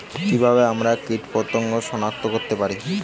কিভাবে আমরা কীটপতঙ্গ সনাক্ত করতে পারি?